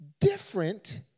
Different